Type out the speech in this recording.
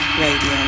Radio